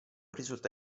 risulta